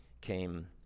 came